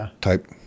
type